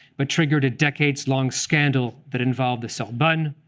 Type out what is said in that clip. but triggered a decades-long scandal that involved the sorbonne,